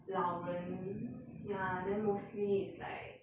老人 ya then mostly is like